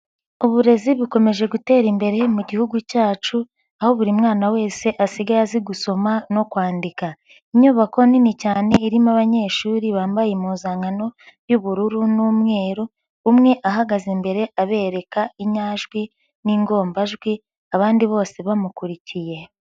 Uburezi bukomeje gutera imbere mu Gihugu cyacu aho buri mwana wese asigaye azi gusoma no kwandika, inyubako nini cyane irimo abanyeshuri bambaye impuzankano y'ubururu n'umweru, umwe ahagaze imbere abereka inyajwi n'ingombajwi abandi bose bamukurikiye.